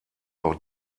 auch